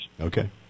Okay